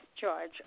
George